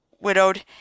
widowed